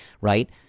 right